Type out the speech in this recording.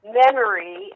memory